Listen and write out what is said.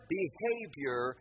behavior